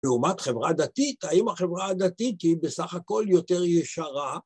לעומת חברה דתית, האם החברה הדתית היא בסך הכל יותר ישרה?